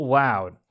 loud